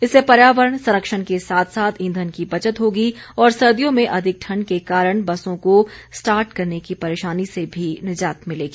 इससे पर्यावरण संरक्षण के साथ साथ ईंधन की बचत होगी और सर्दियों में अधिक ठण्ड के कारण बसों को स्टार्ट करने की परेशानी से भी निजात मिलेगी